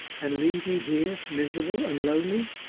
and leave me here miserable, and lonely,